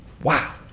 Wow